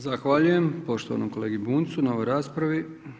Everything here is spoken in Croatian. Zahvaljujem poštovanom kolegi Bunjcu na ovoj raspravi.